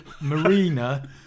Marina